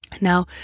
Now